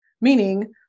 Meaning